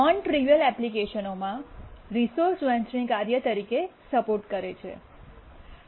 non trivial એપ્લિકેશનમાં resource વહેંચણી કાર્ય તરીકે સપોર્ટ કરે છે